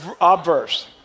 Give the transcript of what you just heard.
obverse